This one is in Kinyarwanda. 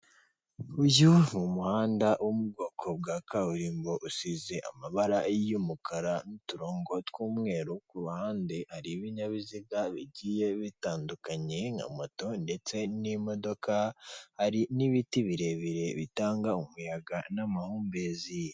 Uyu ni umuhanda wo mu bwoko bwa kaburimbo usize amabara y'umukara n'uturongo tw'umweru ku ruhande. Hari ibinyabiziga bigiye bitandukanye nka moto ndetse n'imodoka, hari n'ibiti birebire bitanga umuyaga n'amahumbezi.